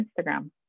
instagram